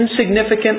insignificant